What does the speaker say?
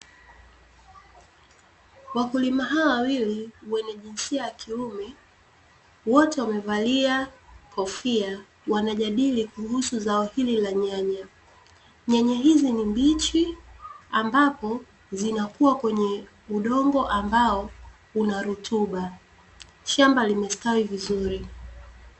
Wakulima hawa wawili wenye jinsia ya kiume wote wamevalia kofia wanajadili kuhusu zao hili la nyanya, nyanya hizi ni mbichi ambapo zinakuwa kwenye udongo ambao una rutuba, shamba limestawi vizuri .